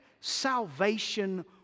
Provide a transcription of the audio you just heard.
salvation